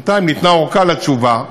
בינתיים ניתנה ארכה לתשובה.